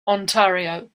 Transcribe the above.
ontario